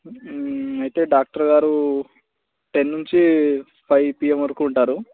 అయితే డాక్టర్ గారు టెన్ నుంచి ఫైవ్ పీఎం వరకు ఉంటారు